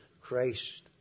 Christ